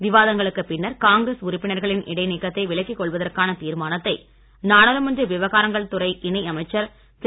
விவாதங்களுக்கு பின்னர் காங்கிரஸ் உறுப்பினர்களின் இடைநீக்கத்தை விலக்கிக் கொள்வதற்கான தீர்மானத்தை நாடாளுமன்ற விவகாரங்கள் துறை இணை அமைச்சர் திரு